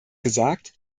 gesagt